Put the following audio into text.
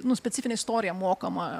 nu specifinė istorija mokoma